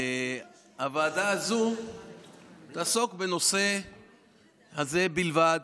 הוועדה הזאת תעסוק בנושא הזה בלבד.